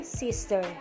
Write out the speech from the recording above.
sister